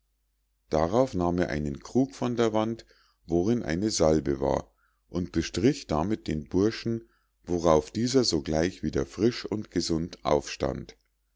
darauf nahm er einen krug von der wand worin eine salbe war und bestrich damit den burschen worauf dieser sogleich wieder frisch und gesund aufstand